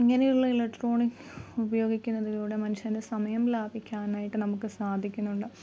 ഇങ്ങനെയുള്ള ഇലക്ട്രോണിക് ഉപയോഗിക്കുന്നതിലൂടെ മനുഷ്യന് സമയം ലാഭിക്കാനായിട്ട് നമുക്ക് സാധിക്കുന്നുണ്ട്